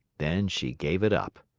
then she gave it up.